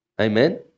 Amen